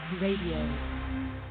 Radio